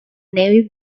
navy